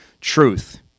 truth